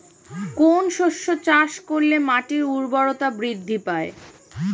কোন শস্য চাষ করলে মাটির উর্বরতা বৃদ্ধি পায়?